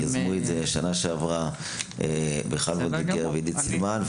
יזמו את זה בשנה שעברה עם עידית סילמן,